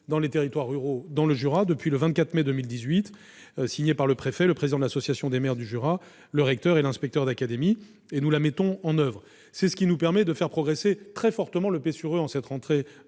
dans les territoires ruraux du Jura a ainsi été signée le 24 mai 2018 par le préfet, le président de l'association des maires et des communes du Jura, le recteur et l'inspecteur d'académie, et nous la mettons en oeuvre. C'est ce qui nous permet de faire progresser très fortement le « P sur E » en cette rentrée